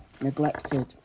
neglected